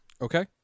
Okay